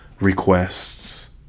requests